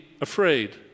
afraid